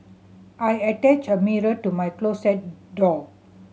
I attached a mirror to my closet door